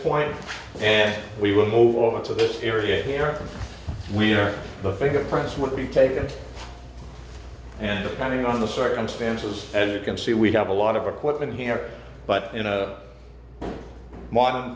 point and we will be over to this area here and we are the fingerprints would be taken and the pounding on the circumstances as you can see we have a lot of equipment here but in a modern